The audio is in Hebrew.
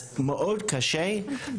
אז מאוד קשה,